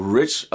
rich